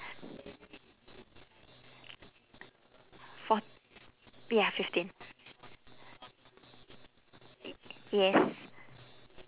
fourt~ ya fifteen eh yes